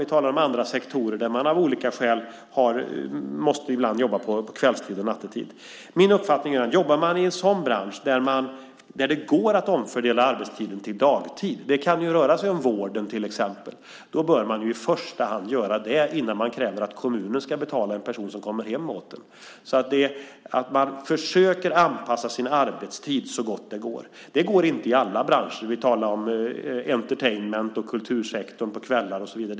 Vi talar om andra sektorer där man av olika skäl ibland måste jobba på kvällstid och nattetid. Min uppfattning är att om man jobbar i en bransch där det går att omfördela arbetstiden till dagtid - det kan röra sig om vården till exempel - bör man i första hand göra det innan man kräver att kommunen ska betala en person som kommer hem åt en. Det handlar om att man försöker anpassa sin arbetstid så gott det går. Det går inte i alla branscher. Vi talar om entertainment och kultursektorn på kvällar och så vidare.